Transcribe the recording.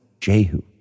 Jehu